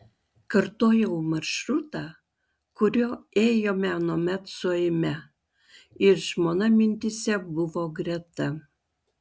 kartojau maršrutą kuriuo ėjome anuomet su eime ir žmona mintyse buvo greta